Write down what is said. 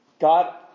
God